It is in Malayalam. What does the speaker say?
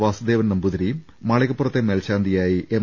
വാസുദേവൻ നമ്പൂതിരിയും മാളികപ്പുറത്തെ മേൽശാ ന്തിയായി എം